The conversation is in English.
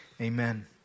Amen